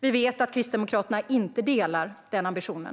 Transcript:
Vi vet att Kristdemokraterna inte delar den ambitionen.